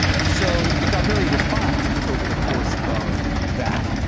so it got very refined over the course of that.